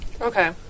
Okay